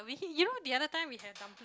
we heat you know the other time we have dumpling